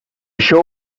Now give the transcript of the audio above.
show